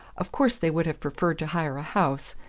of course they would have preferred to hire a house,